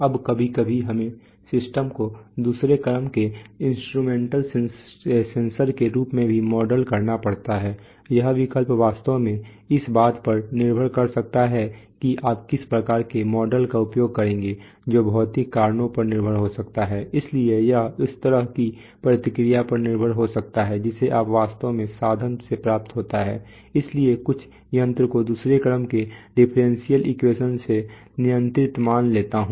अब कभी कभी हमें सिस्टम को दूसरे क्रम के इंस्ट्रूमेंटल सेंसर के रूप में भी मॉडल करना पड़ता है यह विकल्प वास्तव में इस बात पर निर्भर कर सकता है कि आप किस प्रकार के मॉडल का उपयोग करेंगे जो भौतिक कारणों पर निर्भर हो सकता है इसलिए यह उस तरह की प्रतिक्रिया पर निर्भर हो सकता है जिसे आप वास्तव में साधन से प्राप्त होता है इसलिए कुछ यंत्रों को दूसरे क्रम के डिफरेंशियल इक्वेशन से नियंत्रित मान लेता हूं